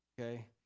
okay